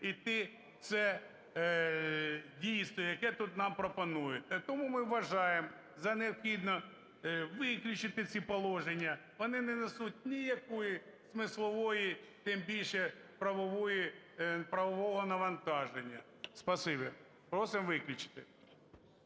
це дійство, яке тут нам пропонується. Тому ми вважаємо за необхідне виключити ці положення, вони не несуть ніякої смислової, тим більше правової… правового навантаження. Спасибі. Просимо виключити.